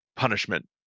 Punishment